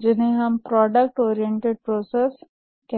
जिन्हें हम product oriented process कहते हैं